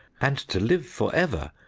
and to live for ever,